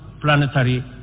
planetary